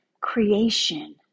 creation